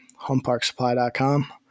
homeparksupply.com